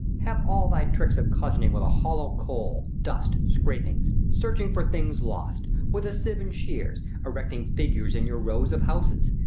have all thy tricks of cozening with a hollow cole, dust, scrapings, searching for things lost, with a sieve and sheers, erecting figures in your rows of houses,